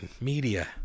media